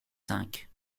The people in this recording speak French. cinq